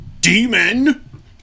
demon